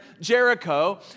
Jericho